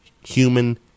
human